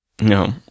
No